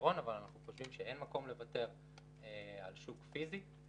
פתרון אבל אנחנו חושבים שאין מקום לוותר על שוק פיזי,